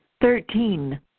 Thirteen